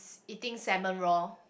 eating salmon raw